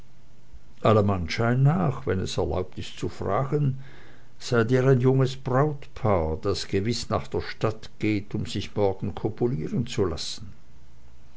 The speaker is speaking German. allem anschein nach wenn es erlaubt ist zu fragen seid ihr ein junges brautpaar das gewiß nach der stadt geht um sich morgen kopulieren zu lassen